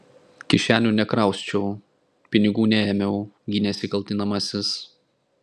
kišenių nekrausčiau pinigų neėmiau gynėsi kaltinamasis